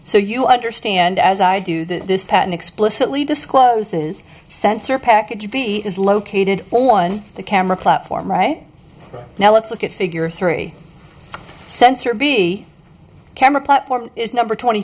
so you understand as i do that this pattern explicitly discloses sensor package b is located on the camera platform right now let's look at figure three sensor b camera platform is number twenty